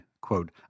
quote